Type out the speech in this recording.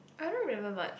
I don't remember much